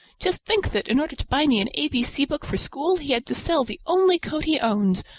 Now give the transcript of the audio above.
just think that, in order to buy me an a b c book for school, he had to sell the only coat he owned,